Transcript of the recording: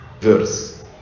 verse